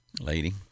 lady